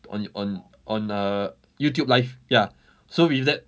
on on on err YouTube live ya so with that